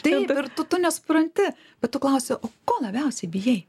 taip ir tu tu nesupranti bet tu klausi ko labiausiai bijai